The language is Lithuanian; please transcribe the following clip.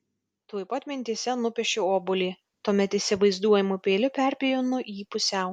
tuoj pat mintyse nupiešiu obuolį tuomet įsivaizduojamu peiliu perpjaunu jį pusiau